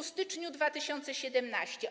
w styczniu 2017 r.